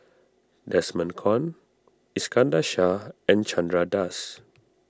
Desmond Kon Iskandar Shah and Chandra Das